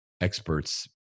expert's